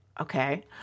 okay